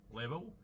level